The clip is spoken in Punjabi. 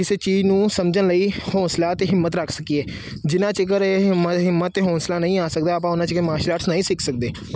ਕਿਸੇ ਚੀਜ਼ ਨੂੰ ਸਮਝਣ ਲਈ ਹੌਸਲਾ ਅਤੇ ਹਿੰਮਤ ਰੱਖ ਸਕੀਏ ਜਿੰਨਾ ਚਿਕਰ ਇਹ ਹਿੰਮਤ ਹਿੰਮਤ ਅਤੇ ਹੌਸਲਾ ਨਹੀਂ ਆ ਸਕਦਾ ਆਪਾਂ ਓਨਾ ਚਿਕਰ ਮਾਰਸ਼ਲ ਆਰਟਸ ਨਹੀਂ ਸਿੱਖ ਸਕਦੇ